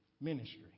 ministry